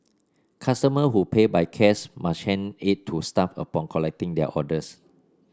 customer who pay by cash must hand it to staff upon collecting their orders